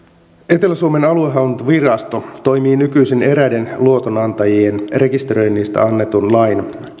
etelä suomen aluehallintovirasto toimii nykyisin eräiden luotonantajien rekisteröinnistä annetun lain